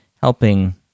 helping